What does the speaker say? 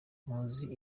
muzi